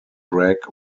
greg